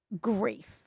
grief